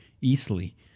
easily